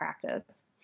practice